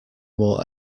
more